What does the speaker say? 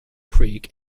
creek